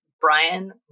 Brian